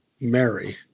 Mary